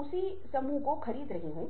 इसलिए सुनने के लिए भावनाओं